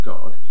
God